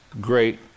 great